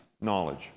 knowledge